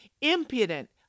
impudent